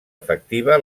efectiva